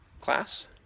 class